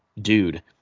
dude